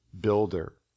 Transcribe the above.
builder